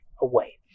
away